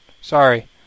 Sorry